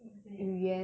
what's that